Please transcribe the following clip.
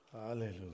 Hallelujah